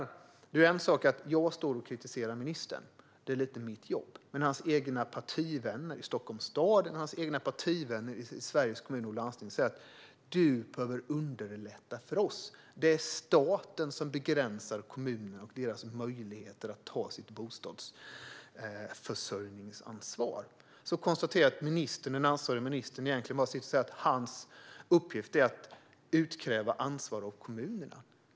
Det är en sak att jag står här och kritiserar ministern - det är lite det som är mitt jobb. Men hans egna partivänner i Stockholms stad och hans partivänner i Sveriges Kommuner och Landsting säger: Du behöver underlätta för oss. Det är staten som begränsar kommunerna och deras möjligheter att ta sitt bostadsförsörjningsansvar. Jag konstaterar att den ansvarige ministern egentligen bara säger att hans uppgift är att utkräva ansvar av kommunerna.